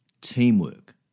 teamwork